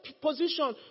position